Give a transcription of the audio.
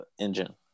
engine